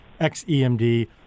XEMD